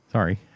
Sorry